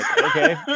Okay